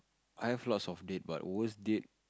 I've lots of date but worst date